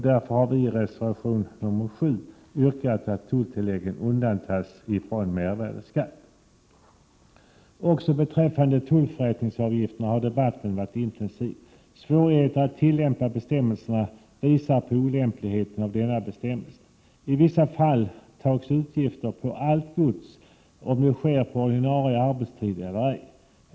Därför har vi i reservation nr 7 yrkat att tulltillägget undantas från mervärdeskatt. Även beträffande tullförättningsavgiften har debatten varit intensiv. Svårigheter att tillämpa bestämmelserna visar på deras olämplighet. I vissa fall tas uppgifter på allt gods, vare sig det sker på ordinarie arbetstid eller ej.